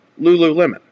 Lululemon